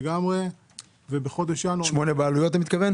אתה מתכוון 8 בעלויות.